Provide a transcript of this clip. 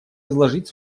изложить